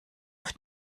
auf